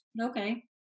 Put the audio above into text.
Okay